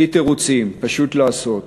בלי תירוצים, פשוט לעשות.